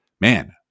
man